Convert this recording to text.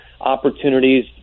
opportunities